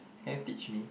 can you teach me